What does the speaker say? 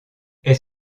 est